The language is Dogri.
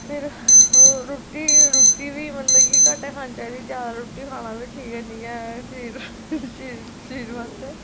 फिर रुट्टी बी मतलब कि घट्ट गै खानी चाहिदी ज्यादा बी रुट्टी खाना ठीक नी ऐ शरीर बास्तै